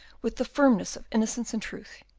with the firmness of innocence and truth,